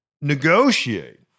Negotiate